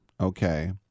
Okay